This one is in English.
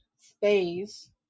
space